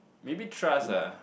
maybe trust ah